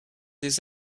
des